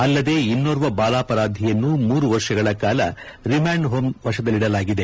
ಅಲ್ಲದೆ ಇನ್ಯೋರ್ವ ಬಾಲಾಪರಾಧಿಯನ್ನು ಮೂರು ವರ್ಷಗಳ ಕಾಲ ರಿಮ್ಲಾಂಡ್ ಹೋಂ ವಶದಲ್ಲಿಡಲಾಗಿದೆ